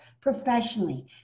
professionally